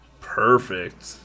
perfect